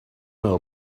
know